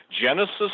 Genesis